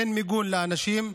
אין מיגון לאנשים.